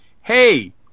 hey